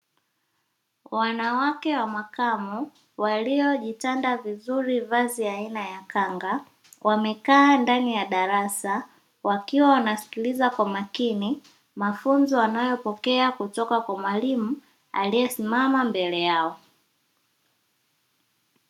Wanawake wa makamo waliojitanda vizuri vazi aina ya kanga wamekaa ndani ya darasa wakiwa wanasikiliza kwa makini mafunzo wanayopokea kutoka kwa mwalimu aliyesimama mbele yao.